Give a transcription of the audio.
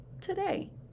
today